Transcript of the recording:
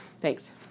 Thanks